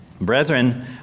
Brethren